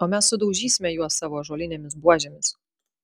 o mes sudaužysime juos savo ąžuolinėmis buožėmis